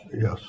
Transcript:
Yes